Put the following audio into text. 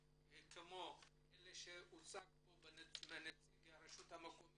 כפי שהוצג פה על ידי נציג טבריה,